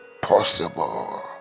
possible